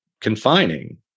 confining